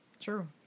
True